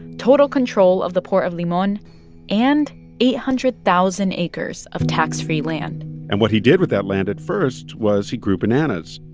total control of the poor of limon and eight hundred thousand acres of tax-free land and what he did with that land at first was he grew bananas,